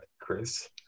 Chris